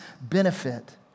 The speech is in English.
benefit